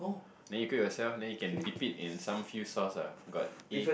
then you cook yourself then you can dip it in some few sauces ah got egg